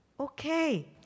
Okay